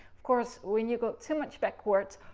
of course, when you go too much backwards,